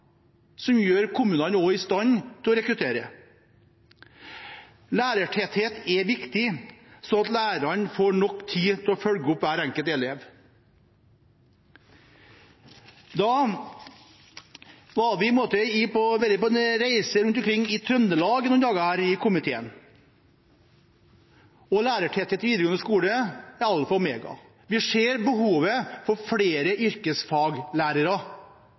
som setter kommunene i stand til å rekruttere. Lærertetthet er viktig for at lærerne skal ha nok tid til å følge opp hver enkelt elev. Vi i komiteen var på en reise rundt omkring i Trøndelag noen dager. Lærertetthet i den videregående skolen er alfa og omega. Vi ser behovet for flere yrkesfaglærere.